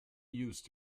used